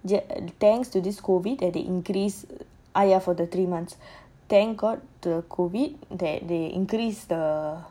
thanks to this COVID that they increased for the three months thank god for COVID they increase the